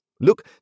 Look